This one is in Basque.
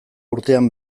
urtean